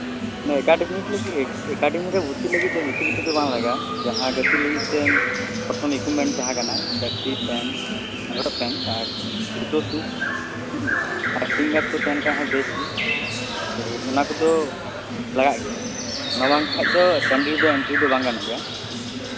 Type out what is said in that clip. ᱤᱧᱟᱹᱜ ᱮᱠᱟᱰᱮᱢᱤᱠ ᱞᱟᱹᱜᱤᱫ ᱮᱠᱟᱰᱮᱢᱤᱠ ᱨᱮ ᱵᱷᱚᱨᱛᱤ ᱞᱟᱹᱜᱤᱫ ᱛᱮ ᱵᱮᱥᱤ ᱠᱤᱪᱷᱩ ᱫᱚ ᱵᱟᱝ ᱞᱟᱜᱟᱜᱼᱟ ᱡᱟᱸᱦᱟ ᱜᱟᱛᱮᱜ ᱞᱟᱹᱜᱤᱫ ᱛᱮ ᱯᱨᱚᱛᱷᱚᱢ ᱤᱠᱩᱵᱢᱮᱱᱴ ᱛᱟᱦᱮ ᱠᱟᱱᱟ ᱡᱟᱨᱥᱤ ᱯᱮᱱᱴ ᱟᱸᱜᱽᱨᱚᱵ ᱯᱮᱱᱴ ᱟᱨ ᱡᱩᱛᱳ ᱥᱩᱥ ᱟᱨ ᱤᱥᱠᱤᱱ ᱜᱟᱨᱰ ᱠᱚ ᱛᱟᱦᱮᱱ ᱠᱷᱟᱱ ᱦᱚᱸ ᱵᱮᱥ ᱜᱮ ᱛᱳ ᱚᱱᱟ ᱠᱚᱫᱚ ᱞᱟᱜᱟᱜ ᱜᱮᱭᱟ ᱚᱱᱟ ᱵᱟᱝᱠᱷᱟᱱ ᱫᱚ ᱴᱟ ᱰᱤ ᱨᱮᱫᱚ ᱮᱱᱴᱤᱨᱤ ᱵᱟᱝ ᱜᱟᱱᱚᱜ ᱜᱮᱭᱟ